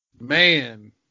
Man